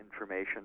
information